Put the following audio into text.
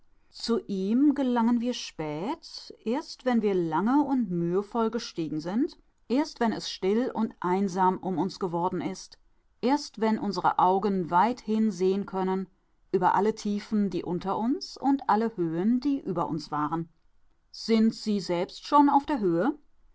zu ihm gelangen wir spät erst wenn wir lange und mühevoll gestiegen sind erst wenn es still und einsam um uns geworden ist erst wenn unsere augen weithin sehen können über alle tiefen die unter uns und alle höhen die über uns waren sind sie selbst schon auf der höhe